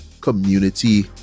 community